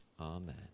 Amen